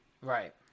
Right